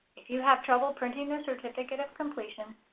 if you have trouble printing the certificate of completion,